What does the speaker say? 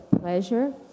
pleasure